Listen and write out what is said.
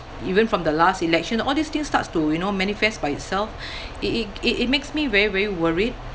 even from the last election all these things starts to you know manifest by itself it it it it makes me very very worried